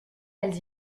elles